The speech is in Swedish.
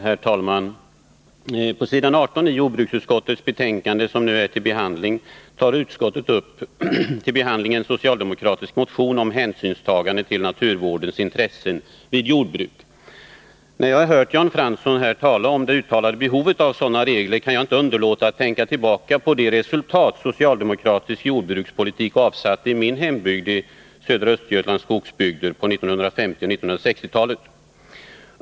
Herr talman! På s. 18 i jordbruksutskottets betänkande som nu är till behandling tar utskottet upp till behandling en socialdemokratisk motion om hänsynstagande till naturvårdens intressen vid jordbruk. När jag här har hört Jan Fransson tala om det uttalade behovet av sådana regler kan jag inte underlåta att tänka tillbaka på de resultat socialdemokratisk jordbrukspolitik avsatte i min hembygd — södra Östergötlands skogsbygd — på 1950 och 1960-talen.